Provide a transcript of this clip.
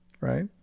Right